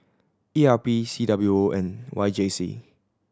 E R P C W O and Y J C